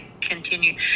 continue